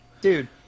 Dude